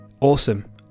Awesome